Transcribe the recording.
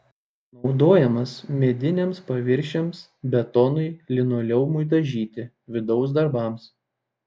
naudojamas mediniams paviršiams betonui linoleumui dažyti vidaus darbams